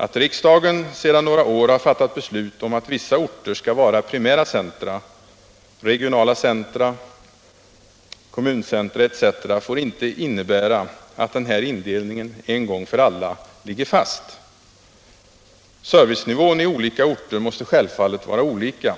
Att riksdagen sedan några år har fattat beslut om att vissa orter skall vara primära centra, regionala centra, kommuncentra etc. får inte innebära att den här indelningen en gång för alla ligger fast. Servicenivån på olika orter måste självfallet vara olika.